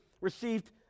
received